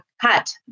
cut